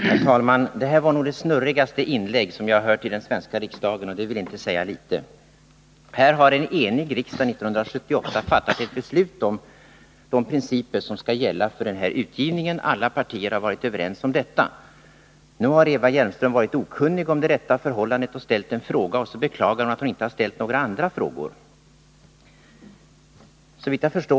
Herr talman! Det här var nog det snurrigaste inlägg som jag har hört i den svenska riksdagen, och det vill inte säga litet. En enig riksdag har 1978 fattat ett beslut om de principer som skall gälla för den här utgivningen. Alla partier har varit överens om detta. Eva Hjelmström har varit okunnig om det rätta förhållandet och ställt en fråga. och så beklagar hon att hon inte har ställt några andra frågor!